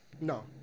No